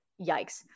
yikes